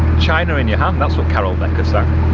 china in your hand. thats what carol decker sang.